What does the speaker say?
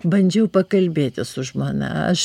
bandžiau pakalbėti su žmona aš